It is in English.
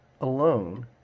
alone